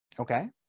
Okay